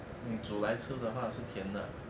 你煮来吃的话是甜的